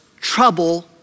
trouble